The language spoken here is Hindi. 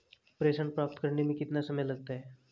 प्रेषण प्राप्त करने में कितना समय लगता है?